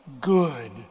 good